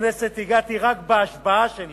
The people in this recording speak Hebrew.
לכנסת הגעתי רק בהשבעה שלי